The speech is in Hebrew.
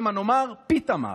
שמא נאמר פיתמר.